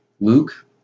Luke